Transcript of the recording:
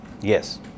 Yes